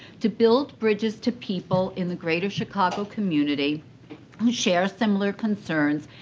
to build bridges to people in the greater chicago community who share similar concerns.